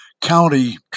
county